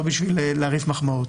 לא בשביל להרעיף מחמאות.